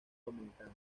dominicana